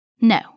No